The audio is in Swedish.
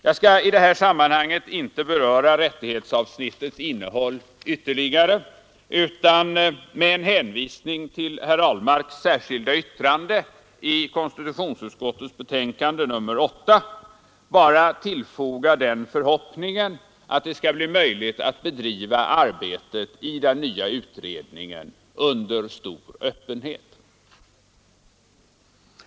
Jag skall i detta sammanhang inte beröra rättighetsavsnittets innehåll ytterligare utan med hänvisning till herr Ahlmarks särskilda yttrande till konstitutionsutskottets betänkande nr 8 bara tillfoga den förhoppningen att det skall bli möjligt att bedriva arbetet i den nya utredningen under stor öppenhet.